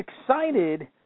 excited